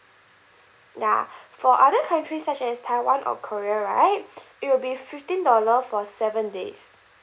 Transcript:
ya for other countries such as taiwan or korea right it will be fifteen dollar for seven days